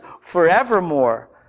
forevermore